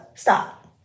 Stop